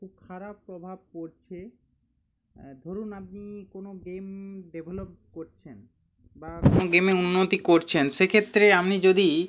খুব খারাপ প্রভাব পড়ছে ধরুন আপনি কোনো গেম ডেভেলপ করছেন বা কোনো গেমে উন্নতি করছেন সেক্ষেত্রে আপনি যদি